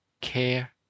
care